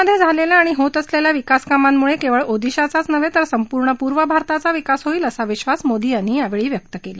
ओदिशामध्ये झालेल्या आणि होत असलेल्या विकास कामांमुळे केवळ ओदिशाचाच नव्हे तर संपूर्ण पूर्व भारताचा विकास होईल असा विश्वास मोदी यांनी यावेळी व्यक्त केला